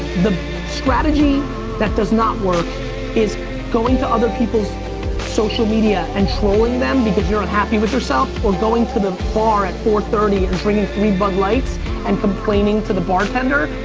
the strategy that does not work is going to other people's social media and trolling them because you're unhappy with yourself or going to the bar at four thirty and drinking three bud lights and complaining to the bartender,